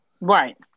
right